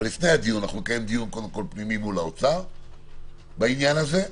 אבל לפני הדיון נקיים קודם כול דיון פנימי מול האוצר בעניין הזה,